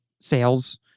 sales